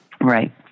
Right